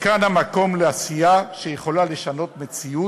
שכאן המקום לעשייה שיכולה לשנות מציאות,